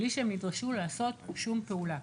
בלי שהם נדרשו לעשות שום פעולה.